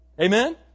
Amen